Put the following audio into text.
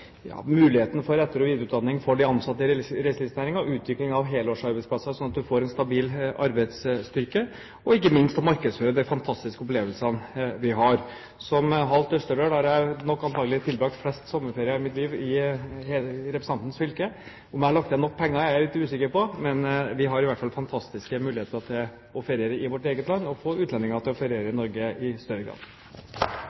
for etter- og videreutdanning for de ansatte i reiselivsnæringen, utviklingen av helårsarbeidsplasser slik at man får en stabil arbeidsstyrke, og ikke minst om å markedsføre de fantastiske opplevelsene vi kan tilby. Som halvt østerdøl har jeg nok antakelig tilbrakt flest sommerferier i mitt liv i representantens fylke. Om jeg har lagt igjen nok penger, er jeg litt usikker på. Men vi har i hvert fall fantastiske muligheter til å feriere i vårt eget land og til å få utlendinger til å